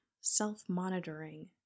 self-monitoring